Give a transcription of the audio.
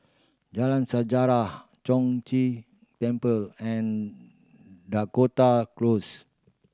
Jalan Sejarah Chong Ghee Temple and Dakota Close